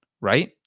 Right